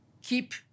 keep